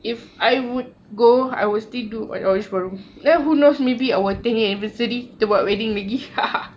ha ha